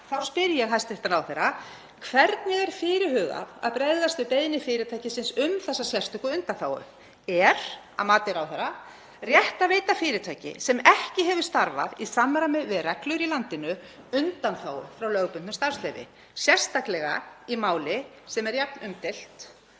þá spyr ég hæstv. ráðherra: Hvernig er fyrirhugað að bregðast við beiðni fyrirtækisins um þessa sérstöku undanþágu? Er að mati ráðherra rétt að veita fyrirtæki sem ekki hefur starfað í samræmi við reglur í landinu undanþágu frá lögbundnu starfsleyfi, sérstaklega í máli sem er jafn umdeilt